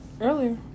earlier